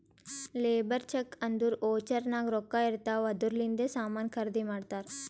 labour check ಅಂದುರ್ voucher ನಾಗ್ ರೊಕ್ಕಾ ಇರ್ತಾವ್ ಅದೂರ್ಲಿಂದೆ ಸಾಮಾನ್ ಖರ್ದಿ ಮಾಡ್ತಾರ್